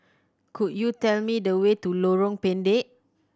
could you tell me the way to Lorong Pendek